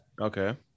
Okay